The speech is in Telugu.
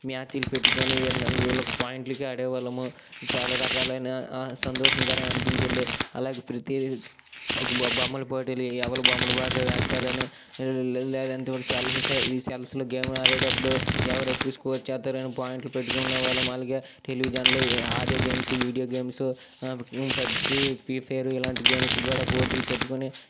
మ్యాచ్లు పెట్టుకుని ఇలాగ పాయింట్లకి ఆడేవాళ్ళము చాలా రకాలైన సంతోషకరంగా అనిపించింది అలాగే ప్రతి ఒక బొమ్మల పోటీలు ఎవరు బొమ్మలు బాగా వేస్తారని లేదంటే ఒక సెల్తో ఈ సెల్స్లో గేమ్లు ఆడేటప్పుడు ఎవరు ఎక్కువ స్కోరు చేస్తారని పాయింట్లు పెట్టుకునే వాళ్ళము అలాగే టెలివిజన్లో audio games video games PUBG Free Fire ఇలాంటి గేమ్స్ కూడా పోటీలు పెట్టుకుని